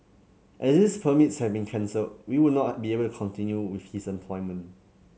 as these permits have been cancelled we would not be able to continue with his employment